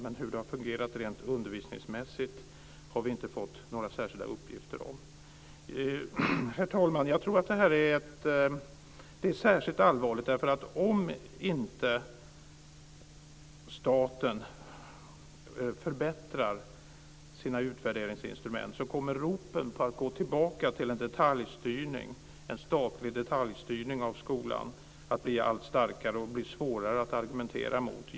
Men hur det fungerat rent undervisningsmässigt har vi inte fått några särskilda uppgifter om. Herr talman! Om staten inte förbättrar sina utvärderingsinstrument - detta är särskilt allvarligt - kommer ropen på att gå tillbaka till en statlig detaljstyrning av skolan att bli allt starkare och det blir svårare att argumentera mot.